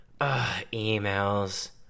emails